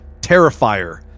Terrifier